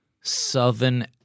southern